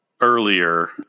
earlier